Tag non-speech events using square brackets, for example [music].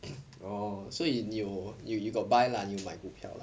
[coughs] oh so 你有 you got buy lah 有买股票 lah